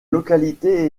localité